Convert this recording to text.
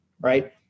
Right